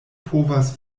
povas